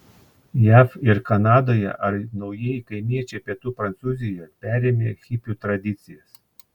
jav ir kanadoje ar naujieji kaimiečiai pietų prancūzijoje perėmę hipių tradicijas